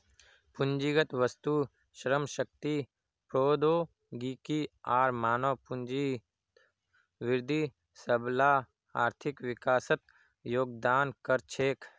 पूंजीगत वस्तु, श्रम शक्ति, प्रौद्योगिकी आर मानव पूंजीत वृद्धि सबला आर्थिक विकासत योगदान कर छेक